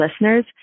listeners